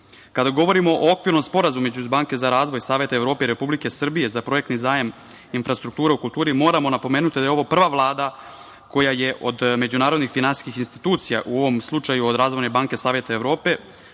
govorimo o okvirnom Sporazumu između Banke za razvoj Saveta Evrope i Republike Srbije za projektni zajam infrastrukture u kulturi, moramo napomenuti da je ovo prva Vlada koja je od međunarodnih finansijskih institucija, u ovom slučaju od Razvojne banke Saveta Evrope